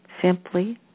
simply